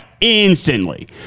instantly